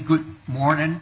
good morning